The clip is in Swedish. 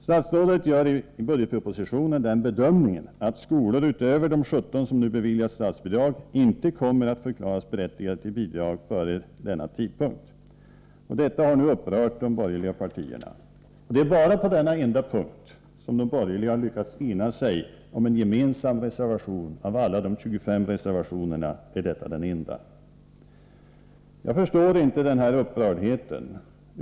Statsrådet gör i budgetpropositionen den bedömningen att skolor utöver de 17 som nu beviljas statsbidrag inte kommer att förklaras berättigade till bidrag före denna tidpunkt. Detta har nu upprört de borgerliga partierna. Det är bara på denna enda punkt som de borgerliga har lyckats ena sig om en gemensam reservation. Av alla de 25 reservationerna är detta den enda. Jag förstår inte denna upprördhet.